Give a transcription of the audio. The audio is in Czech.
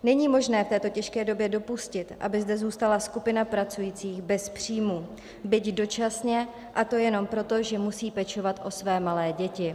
Není možné v této těžké době dopustit, aby zde zůstala skupina pracujících bez příjmů, byť dočasně, a to jenom proto, že musí pečovat o své malé děti.